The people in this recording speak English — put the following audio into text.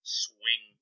swing